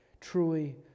truly